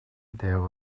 there